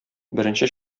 беренче